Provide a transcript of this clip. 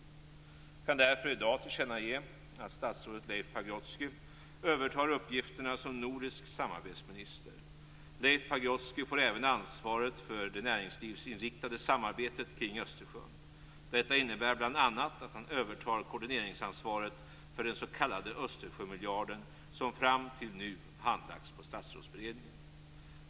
Jag kan därför i dag tillkännage att statsrådet Leif Pagrotsky övertar uppgifterna som nordisk samarbetsminister. Leif Pagrotsky får även ansvaret för det näringslivsinriktade samarbetet kring Östersjön. Detta innebär bl.a. att han övertar koordineringsansvaret för den s.k. Östersjömiljarden som fram till nu handlagts på statsrådsberedningen.